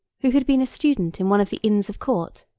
who had been a student in one of the inns of court,